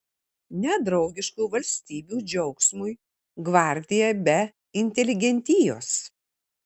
nedraugiškų valstybių džiaugsmui gvardija be inteligentijos